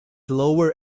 lower